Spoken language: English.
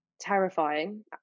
terrifying